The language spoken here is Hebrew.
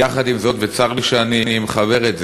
יחד עם זאת, וצר לי שאני מחבר את זה,